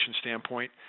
standpoint